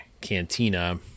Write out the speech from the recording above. cantina